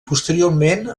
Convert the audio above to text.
posteriorment